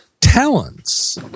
talents